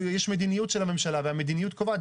יש מדיניות של הממשלה, והמדיניות קובעת.